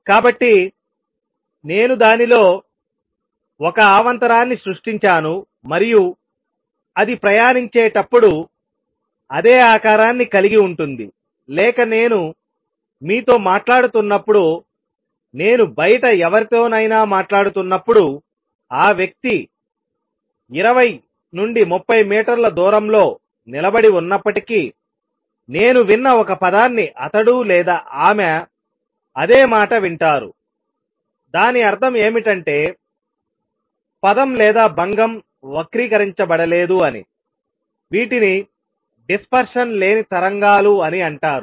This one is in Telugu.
కాబట్టి నేను దానిలో ఒక అవాంతరాన్ని సృష్టించాను మరియు అది ప్రయాణించేటప్పుడు అదే ఆకారాన్ని కలిగి ఉంటుంది లేక నేను మీతో మాట్లాడుతున్నప్పుడు నేను బయట ఎవరితోనైనా మాట్లాడుతున్నప్పుడు ఆ వ్యక్తి 20 30 మీటర్ల దూరంలో నిలబడి ఉన్నప్పటికీ నేను విన్న ఒక పదాన్ని అతడు లేదా ఆమె అదే మాట వింటారుదాని అర్థం ఏమిటంటే పదం లేదా భంగం వక్రీకరించబడలేదు అని వీటిని డిస్పర్షన్ లేని తరంగాలు అని అంటారు